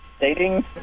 dating